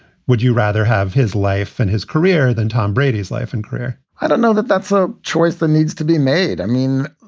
would you rather have his life and his career than tom brady's life and career? i don't know that that's a choice that needs to be made. i mean,